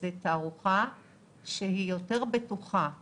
זו תערוכה שהיא יותר בטוחה מקניון,